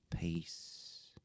peace